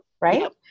right